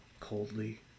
Coldly